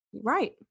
Right